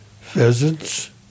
pheasants